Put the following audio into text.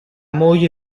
moglie